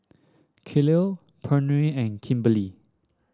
Kelli Pernell and Kimberlie